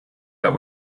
that